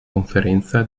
conferenza